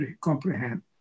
comprehend